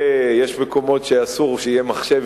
בבני-ברק מספר מוקדי השידור לפי דוח חודשי מעודכן,